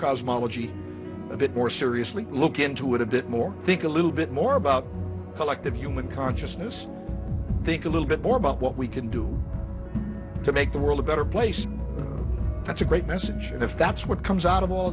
cosmology a bit more seriously look into it a bit more think a little bit more about collective human consciousness think a little bit more about what we can do to make the world a better place that's a great message and if that's what comes out of all